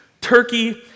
Turkey